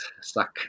stuck